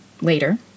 later